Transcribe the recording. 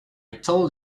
told